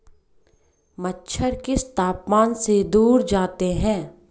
मच्छर किस तापमान से दूर जाते हैं?